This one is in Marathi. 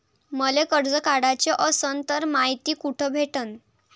मले कर्ज काढाच असनं तर मायती कुठ भेटनं?